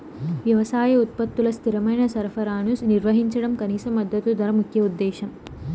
వ్యవసాయ ఉత్పత్తుల స్థిరమైన సరఫరాను నిర్వహించడం కనీస మద్దతు ధర ముఖ్య ఉద్దేశం